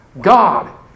God